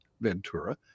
Ventura